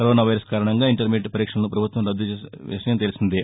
corona virus కారణంగా intermediate పరీక్షలను పభుత్వం రద్దు చేసిన విషయం తెలిసిందే